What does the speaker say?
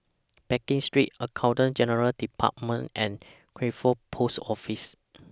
Pekin Street Accountant General's department and Crawford Post Office